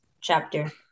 chapter